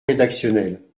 rédactionnel